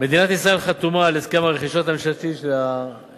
מדינת ישראל חתומה על הסכם הרכישות הממשלתי של ה-GPA,